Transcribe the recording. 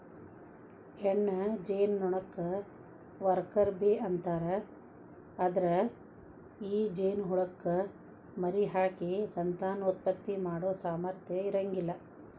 ಹೆಣ್ಣ ಜೇನನೊಣಕ್ಕ worker bee ಅಂತಾರ, ಅದ್ರ ಈ ಜೇನಹುಳಕ್ಕ ಮರಿಹಾಕಿ ಸಂತಾನೋತ್ಪತ್ತಿ ಮಾಡೋ ಸಾಮರ್ಥ್ಯ ಇರಂಗಿಲ್ಲ